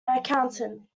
accountant